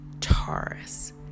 Taurus